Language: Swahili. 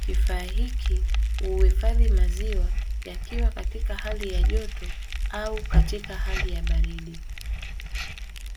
Kifaa hiki huifadhi maziwa yakiwa katika hali ya joto au katika hali ya baridi.